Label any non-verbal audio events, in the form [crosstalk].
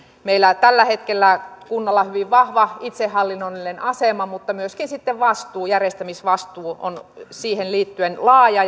meillä tällä hetkellä kunnalla on hyvin vahva itsehallinnollinen asema mutta myöskin sitten järjestämisvastuu on siihen liittyen laaja [unintelligible]